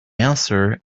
answer